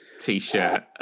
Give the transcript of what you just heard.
T-shirt